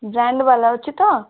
round ବାଲା ଅଛି ତ